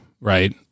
right